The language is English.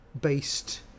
based